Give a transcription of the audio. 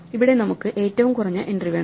ഇവിടെ നമുക്ക് ഏറ്റവും കുറഞ്ഞ എൻട്രി വേണം